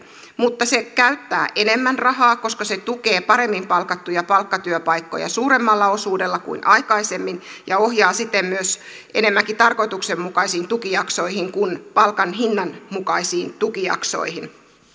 mutta se käyttää enemmän rahaa koska se tukee paremmin palkattuja palkkatyöpaikkoja suuremmalla osuudella kuin aikaisemmin ja ohjaa siten enemmänkin tarkoituksenmukaisiin tukijaksoihin kuin palkan hinnan mukaisiin tukijaksoihin